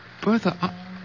Bertha